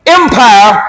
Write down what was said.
empire